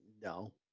no